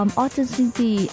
authenticity